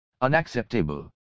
unacceptable